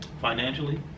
financially